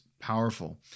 powerful